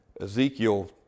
Ezekiel